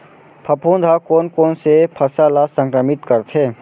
फफूंद ह कोन कोन से फसल ल संक्रमित करथे?